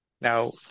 Now